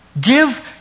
give